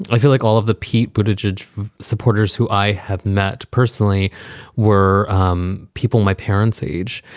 i feel like all of the people to judge supporters who i have met personally were um people my parents age,